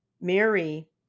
Mary